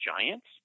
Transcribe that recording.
giants